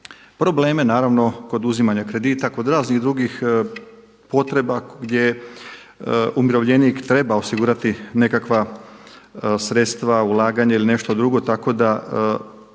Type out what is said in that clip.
probleme naravno kod uzimanja kredita, kod raznih drugih potreba gdje umirovljenik treba osigurati nekakva sredstva, ulaganje ili nešto drugo tako da